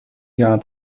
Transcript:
jahr